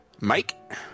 Mike